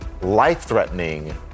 life-threatening